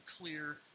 clear